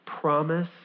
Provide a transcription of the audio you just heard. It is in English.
promise